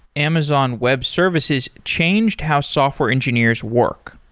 amazon web services changed how software engineers work.